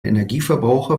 energieverbraucher